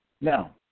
Now